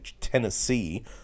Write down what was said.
Tennessee